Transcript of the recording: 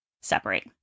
separate